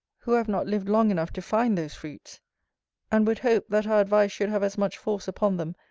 who have not lived long enough to find those fruits and would hope, that our advice should have as much force upon them,